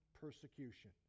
persecution